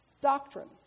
doctrine